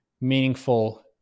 meaningful